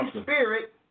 Spirit